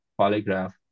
Polygraph